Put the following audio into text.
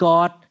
God